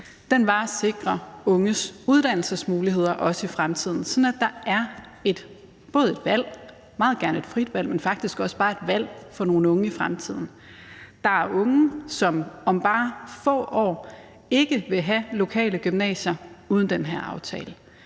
Det var at sikre unges uddannelsesmuligheder, også i fremtiden, sådan at der er et valg, meget gerne et frit valg, men faktisk også bare et valg for nogle unge i fremtiden. Der er unge, der om bare få år ikke vil have lokale gymnasier uden den her aftale.